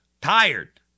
Tired